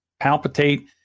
palpitate